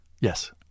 Yes